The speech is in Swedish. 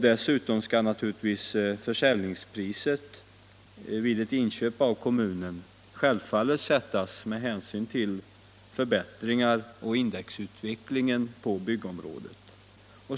Dessutom skall försäljningspriset vid ett inköp av kommunen självfallet sättas med hänsyn till förbättringar och indexutvecklingen på byggområdet.